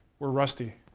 we're rusty.